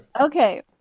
Okay